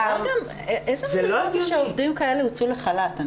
בכלל גם איזה מין דבר זה שעובדי כאל ייצאו לחל"ת?